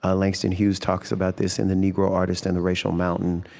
ah langston hughes talks about this in the negro artist and the racial mountain.